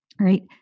right